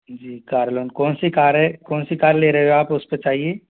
जी car loan कौन सी car है कौन सी कार ले रहे हो आप उस पर चाहिए